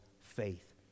faith